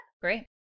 Great